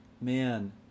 man